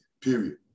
period